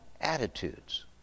attitudes